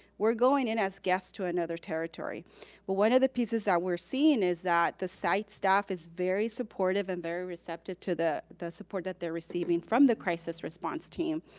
we're going in as guests to another territory. but one of the pieces that we're seeing is that the site staff is very supportive and very receptive to the the support that they're receiving from the crisis response team.